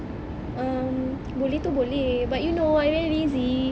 um boleh tu boleh but you know I lazy